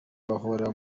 bahora